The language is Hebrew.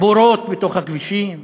בורות בתוך הכבישים.